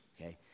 okay